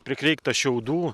prikreikta šiaudų